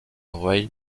rueil